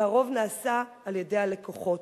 והרוב נעשה על-ידי הלקוחות.